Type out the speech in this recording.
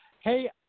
Hey